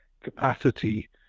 capacity